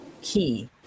key